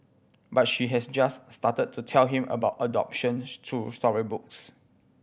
but she has just started to tell him about adoption through storybooks